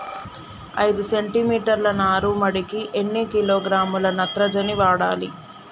ఐదు సెంటిమీటర్ల నారుమడికి ఎన్ని కిలోగ్రాముల నత్రజని వాడాలి?